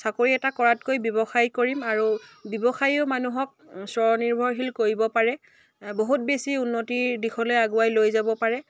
চাকৰি এটা কৰাতকৈ ব্যৱসায় কৰিম আৰু ব্যৱসায়ো মানুহক স্বনিৰ্ভৰশীল কৰিব পাৰে বহুত বেছি উন্নতিৰ দিশলৈ আগুৱাই লৈ যাব পাৰে